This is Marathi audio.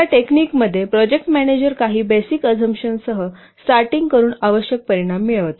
या टेक्निकमध्ये प्रोजेक्ट मॅनेजर काही बेसिक अजमशनसह स्टार्टींग करुन आवश्यक परिणाम मिळविते